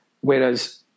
whereas